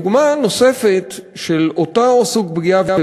דוגמה נוספת לאותו סוג פגיעה,